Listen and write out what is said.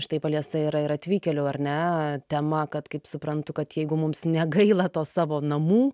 štai paliesta yra ir atvykėlių ar ne tema kad kaip suprantu kad jeigu mums negaila to savo namų